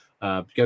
Go